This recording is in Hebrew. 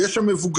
יש שם מבוגרים